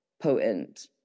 potent